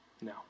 No